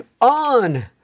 on